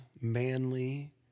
Manly